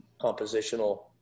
compositional